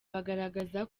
bagaragaza